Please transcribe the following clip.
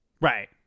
right